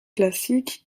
classiques